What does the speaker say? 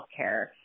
healthcare